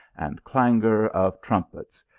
and clangour of trumpets,